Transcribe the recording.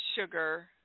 sugar